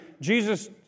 Jesus